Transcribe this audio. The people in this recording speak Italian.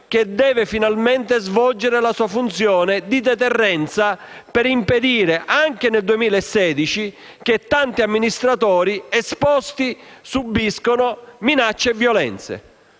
che deve finalmente svolgere la sua funzione di deterrenza, per impedire, anche nel 2016, che tanti amministratori esposti subiscano minacce e violenze.